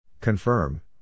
Confirm